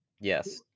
Yes